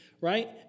right